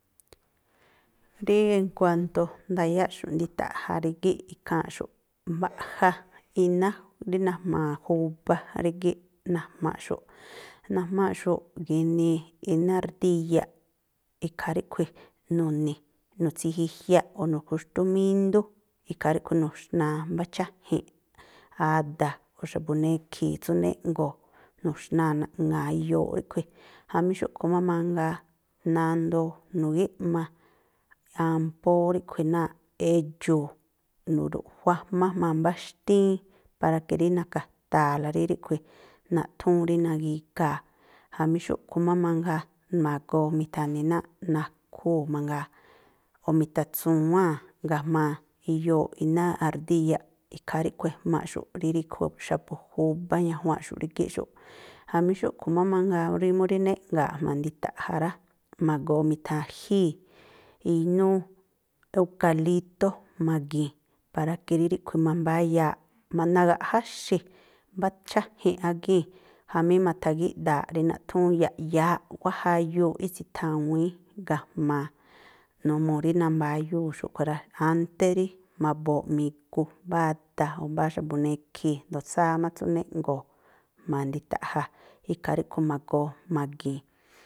Rí en kuanto ndayáꞌxu̱ꞌ ndita̱ꞌja̱ rígíꞌ ikháa̱nꞌxu̱ꞌ. Mbaꞌja iná rí najma̱a̱ júbá rígíꞌ najmaꞌxu̱ꞌ. Najmaꞌxu̱ꞌ gi̱nii, iná rdíyaꞌ, ikhaa ríꞌkhui̱ nu̱ni̱, nu̱tsijijyaꞌ o̱ nu̱juxtúmíndú, ikhaa ríꞌkhui̱ nu̱xna̱a mbá cháji̱nꞌ ada̱ o̱ xa̱bu̱ nekhi̱i̱ tsú jnéꞌgo̱o̱, nu̱xnaa̱ naꞌŋa̱a̱ iyooꞌ ríꞌkhui̱. Jamí xúꞌkhui̱ má mangaa, nandoo nu̱gíꞌma ampóó ríꞌkhui̱ náa̱ꞌ edxu̱u̱ nuruꞌjua̱jmá jma̱a mbá xtíín para ke rí na̱ka̱taa̱la rí ríꞌkhui̱, naꞌthúún rí nagigaa̱. Jamí xúꞌkhui̱ má mangaa, ma̱goo mi̱tha̱ni̱ náa̱ꞌ nakhúu̱ mangaa o̱ mi̱tha̱tsu̱wáa̱n ga̱jma̱a iyooꞌ iná a̱rdíyaꞌ. Ikhaa ríꞌkhui̱ ejmaꞌxu̱ꞌ rí riꞌkhui o xa̱bu̱ júbá ñajuanꞌxu̱ꞌ rígíꞌ xúꞌ. Jamí xúꞌkhui̱ má mangaa ú rí mú rí jnéꞌnga̱a̱ꞌ jma̱a ndita̱ꞌja̱ rá, ma̱goo mi̱tha̱jíi̱ inúú eukalító ma̱gi̱i̱n, para ke rí ríꞌkhui̱ mambáyaaꞌ, ma nagaꞌjáxi̱ mbá cháji̱nꞌ ágíi̱n, jamí ma̱tha̱gíꞌda̱a̱ꞌ rí naꞌthúún yaꞌyááꞌ. Wáa̱ jayuuꞌ ítsi̱thawíi ga̱jma̱a. Numuu rí nambáyuu xúꞌkhui̱ rá, ánté rí ma̱bo̱o̱ꞌ mi̱gu mbáá ada̱ o̱ mbáá xa̱bu̱ nekhi̱i̱, a̱jndo̱o tsáá má tsú jnéꞌngo̱o̱ jma̱a ndita̱ꞌja̱. Ikhaa ríꞌkhui̱ ma̱goo ma̱gi̱i̱n.